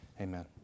amen